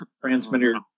transmitter